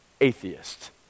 atheist